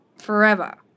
Forever